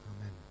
Amen